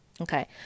Okay